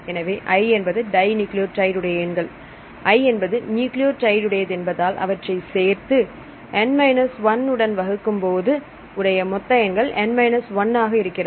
எனவே i என்பது dinucleotide உடைய எண்கள் i என்பது நியூக்ளியோடைடு உடையது என்பதால் அவற்றை சேர்த்து N 1 உடன் வகுக்கும்போது உடைய மொத்த எண்கள் N 1 ஆக இருக்கிறது